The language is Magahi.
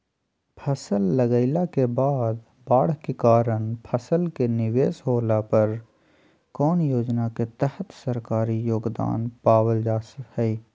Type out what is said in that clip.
फसल लगाईला के बाद बाढ़ के कारण फसल के निवेस होला पर कौन योजना के तहत सरकारी योगदान पाबल जा हय?